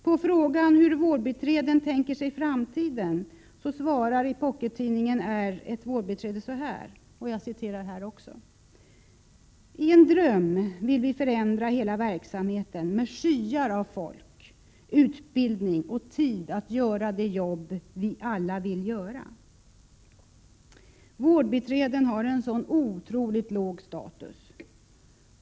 På frågan hur vårdbiträden tänker sig framtiden svarar i Pockettidningen R ett vårdbiträde så här: ”I en dröm vill vi förändra hela verksamheten med skyar av folk, utbildning och tid att göra det jobb vi alla vill göra. Vårdbiträden har sån otroligt dålig status.